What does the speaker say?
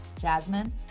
Jasmine